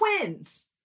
twins